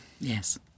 Yes